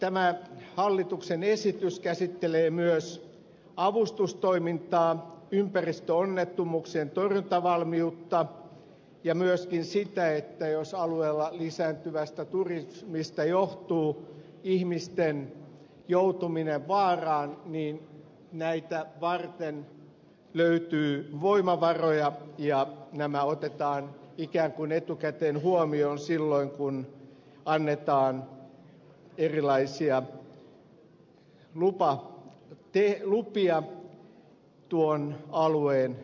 tämä hallituksen esitys käsittelee myös avustustoimintaa ympäristöonnettomuuksien torjuntavalmiutta ja sitä että jos alueella lisääntyvästä turismista johtuu ihmisten joutuminen vaaraan niin tätä varten löytyy voimavaroja ja tämä otetaan ikään kuin etukäteen huomioon silloin kun annetaan erilaisia lupia tuon alueen käytössä